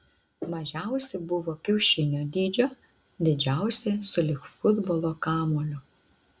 mažiausi buvo kiaušinio dydžio didžiausi sulig futbolo kamuoliu